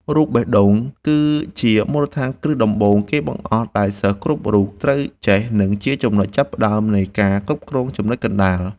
រូបបេះដូង គឺជាមូលដ្ឋានគ្រឹះដំបូងគេបង្អស់ដែលសិស្សគ្រប់រូបត្រូវចេះ និងជាចំណុចចាប់ផ្តើមនៃការគ្រប់គ្រងចំណុចកណ្តាល។